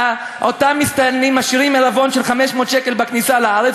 אותם מסתננים משאירים עירבון של 500 שקל בכניסה לארץ.